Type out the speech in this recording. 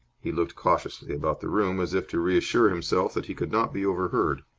he looked cautiously about the room, as if to reassure himself that he could not be overheard.